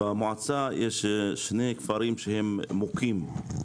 במועצה יש שני כפרים שהם מוכים.